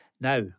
Now